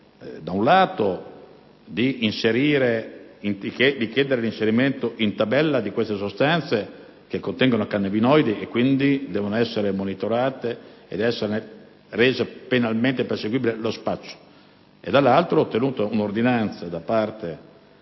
da un lato, di chiedere l'inserimento in tabella di queste sostanze, che contengono cannabinoidi, per cui devono essere monitorate e se ne deve rendere penalmente perseguibile lo spaccio, dall'altro, di ottenere un'ordinanza da parte del